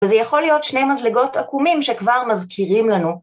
‫וזה יכול להיות שני מזלגות עקומים ‫שכבר מזכירים לנו.